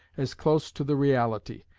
as close to the reality,